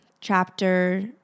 Chapter